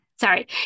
Sorry